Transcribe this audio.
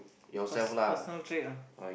pers~ personal trait ah